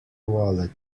wallet